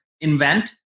invent